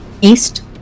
east